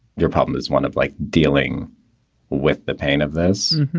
your problem is one of like dealing with the pain of this.